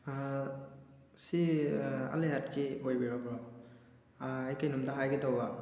ꯁꯤ ꯑꯜ ꯍꯌꯥꯠꯀꯤ ꯑꯣꯏꯕꯤꯔꯕ꯭ꯔꯣ ꯑꯩ ꯀꯩꯅꯣꯝꯇ ꯍꯥꯏꯒꯦ ꯇꯧꯕ